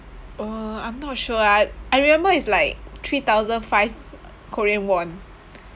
uh I'm not sure eh I I remember it's like three thousand five korean won